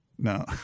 No